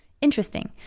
Interesting